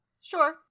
Sure